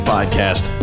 Podcast